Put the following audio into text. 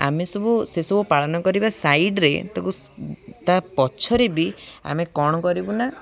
ଆମେ ସବୁ ସେସବୁ ପାଳନ କରିବା ସାଇଡ଼ରେେ ତାକୁ ତା' ପଛରେ ବି ଆମେ କ'ଣ କରିବୁନା